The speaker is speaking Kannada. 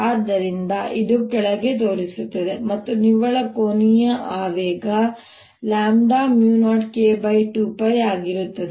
ಆದ್ದರಿಂದ ಇದು ಕೆಳಗೆ ತೋರಿಸುತ್ತಿದೆ ಮತ್ತು ನಿವ್ವಳ ಕೋನೀಯ ಆವೇಗ ಆದ್ದರಿಂದ 0K2π ಆಗಿರುತ್ತದೆ